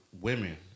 women